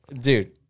dude